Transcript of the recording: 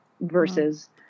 versus